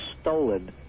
stolen